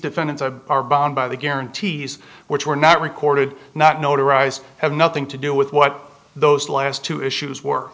defendants a are bound by the guarantees which were not recorded not notarized had nothing to do with what those last two issues